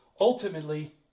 ultimately